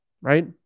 right